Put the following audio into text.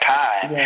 time